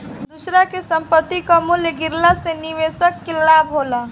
दूसरा के संपत्ति कअ मूल्य गिरला से निवेशक के लाभ होला